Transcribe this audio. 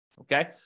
okay